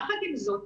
יחד עם זאת,